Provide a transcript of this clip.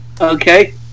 Okay